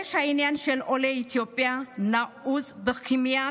שורש העניין של עולי אתיופיה נעוץ בכמיהה